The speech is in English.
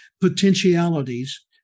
potentialities